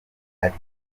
ati